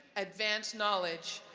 advance knowledge,